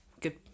Good